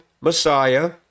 Messiah